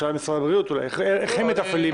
אלא שאלה למשרד הבריאות איך הם מתפעלים את האינפורמציה.